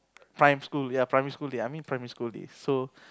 prime school ya primary school day I mean primary school days